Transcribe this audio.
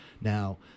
Now